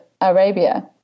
Arabia